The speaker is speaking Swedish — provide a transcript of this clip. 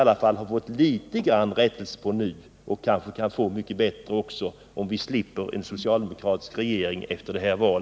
Nu har vi fått litet ordning på bostadspolitiken och kanske kan det bli ännu bättre, om vi slipper en socialdemokratisk regering efter nästa val.